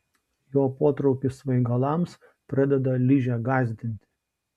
jo potraukis svaigalams pradeda ližę gąsdinti